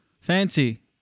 fancy